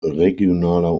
regionaler